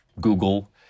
Google